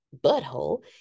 butthole